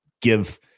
give